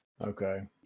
Okay